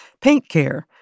Paintcare